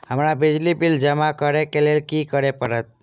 हमरा बिजली बिल जमा करऽ केँ लेल की करऽ पड़त?